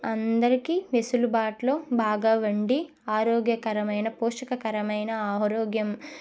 అందరికీ వెసులుబాటులో బాగా వండి ఆరోగ్యకరమైన పోషకకరమైన ఆరోగ్యం